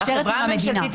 לא.